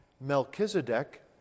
Melchizedek